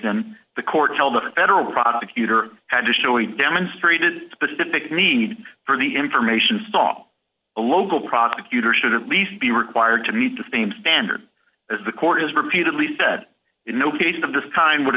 exam the court held a federal prosecutor had to show he demonstrated specific need for the information saw a local prosecutor should at least be required to meet the same standard as the court has repeatedly said in no case and i'm just kind